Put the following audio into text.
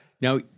Now